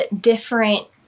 different